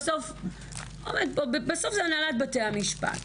בסוף זו הנהלת בתי המשפט,